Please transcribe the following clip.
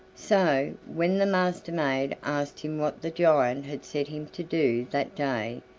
so, when the master-maid asked him what the giant had set him to do that day,